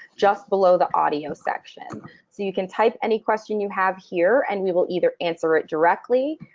just below the audio section. so you can type any question you have here, and we will either answer it directly,